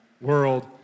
world